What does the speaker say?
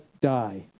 die